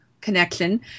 connection